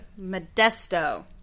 Modesto